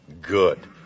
good